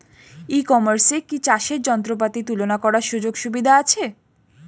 ই কমার্সে কি চাষের যন্ত্রপাতি তুলনা করার সুযোগ সুবিধা আছে?